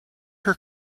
her